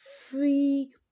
free